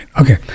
okay